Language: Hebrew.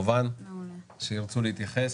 לאלה שירצו להתייחס.